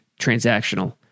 transactional